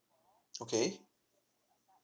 okay